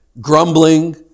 grumbling